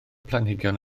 planhigion